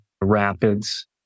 rapids